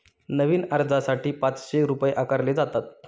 नवीन अर्जासाठी पाचशे रुपये आकारले जातात